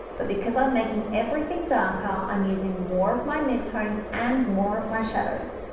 but because i'm making everything darker, i'm using more of my mid tones and more of my shadows.